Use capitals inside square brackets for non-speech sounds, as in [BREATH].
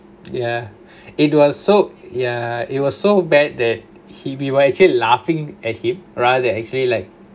ya [BREATH] it was so ya it was so bad that he we were actually laughing at him rather actually like